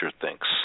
thinks